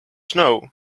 know